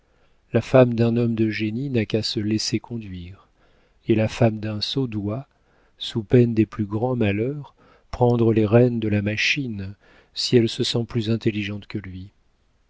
la femme d'un homme de génie n'a qu'à se laisser conduire et la femme d'un sot doit sous peine des plus grands malheurs prendre les rênes de la machine si elle se sent plus intelligente que lui